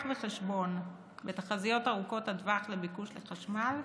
בחשבון בתחזיות ארוכות הטווח לביקוש לחשמל,